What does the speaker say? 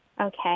Okay